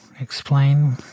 Explain